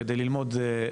כדי ללמוד,